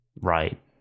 Right